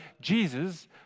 Jesus